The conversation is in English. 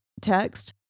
text